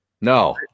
No